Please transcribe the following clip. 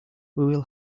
will